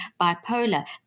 bipolar